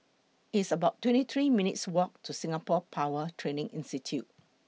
It's about twenty three minutes' Walk to Singapore Power Training Institute